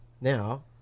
Now